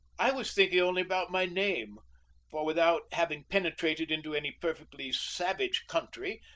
i was thinking only about my name for without having penetrated into any perfectly savage country,